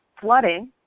flooding